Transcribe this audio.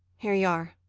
here you are.